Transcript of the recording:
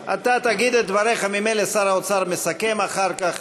אתה תגיד את דבריך, ממילא שר האוצר מסכם אחר כך.